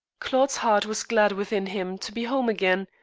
claude's heart was glad within him to be home again,